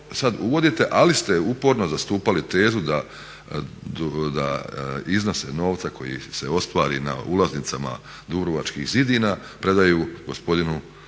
uvodite ali ste uporno zastupali tezu da iznose novca koji se ostvari na ulaznicama Dubrovačkih zidina predaju gospodinu